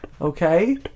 Okay